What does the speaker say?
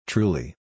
Truly